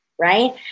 right